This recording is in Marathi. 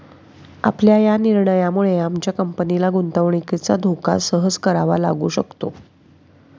आपल्या या निर्णयामुळे आमच्या कंपनीला गुंतवणुकीचा धोका सहन करावा लागू शकतो